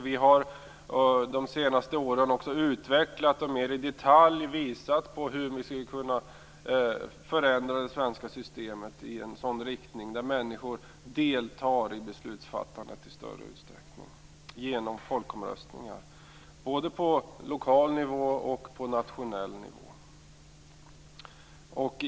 Vi har de senaste åren också utvecklat detta och mer i detalj visat på hur vi skulle kunna förändra det svenska systemet i en sådan riktning att människor deltar i beslutsfattandet i större utsträckning genom folkomröstningar både på lokal nivå och på nationell nivå.